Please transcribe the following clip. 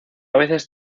veces